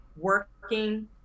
working